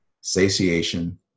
satiation